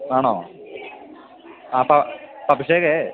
ആണോ അപ്പോള് അഭിഷേകേ